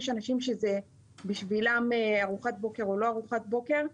יש אנשים שבשבילם זה ההבדל בין להיות עם או בלי ארוחת בוקר.